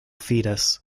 fetus